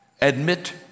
admit